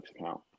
account